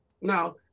Now